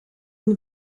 une